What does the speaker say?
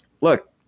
look